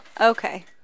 Okay